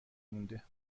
مونده